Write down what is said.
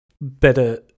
better